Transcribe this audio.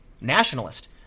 nationalist